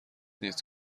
نیست